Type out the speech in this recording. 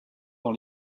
dans